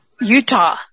Utah